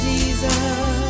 Jesus